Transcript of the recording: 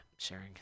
sharing